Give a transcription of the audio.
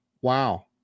Wow